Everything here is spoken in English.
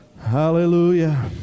Hallelujah